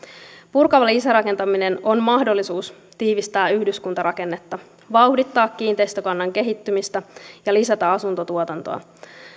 purkava lisärakentaminen on mahdollisuus tiivistää yhdyskuntarakennetta vauhdittaa kiinteistökannan kehittymistä ja lisätä asuntotuotantoa